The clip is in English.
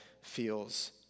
feels